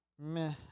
meh